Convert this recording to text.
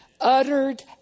uttered